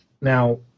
Now